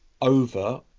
over